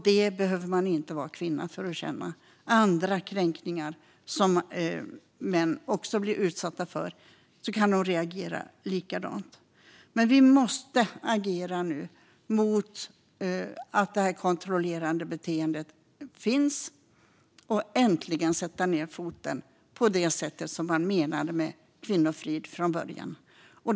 Dem behöver man inte heller vara kvinna för att känna; man kan reagera likadant på kränkningar som även män blir utsatta för. Vi måste dock agera mot det kontrollerande beteendet nu och äntligen sätta ned foten på det sättet som man menade med kvinnofrid från början.